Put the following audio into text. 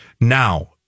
Now